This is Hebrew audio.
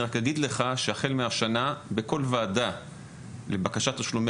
אני רק אגיד לך שהחל מהשנה בכל ועדה לבקשת תשלומי